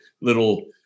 little